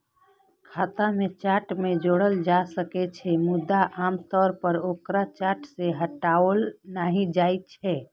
खाता कें चार्ट मे जोड़ल जा सकै छै, मुदा आम तौर पर ओकरा चार्ट सं हटाओल नहि जाइ छै